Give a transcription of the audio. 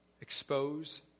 expose